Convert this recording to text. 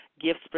gifts